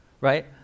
right